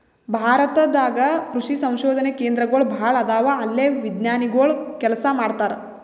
ಭಾರತ ದಾಗ್ ಕೃಷಿ ಸಂಶೋಧನೆ ಕೇಂದ್ರಗೋಳ್ ಭಾಳ್ ಅದಾವ ಅಲ್ಲೇ ವಿಜ್ಞಾನಿಗೊಳ್ ಕೆಲಸ ಮಾಡ್ತಾರ್